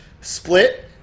split